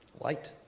light